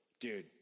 Dude